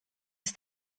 ist